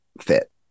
fit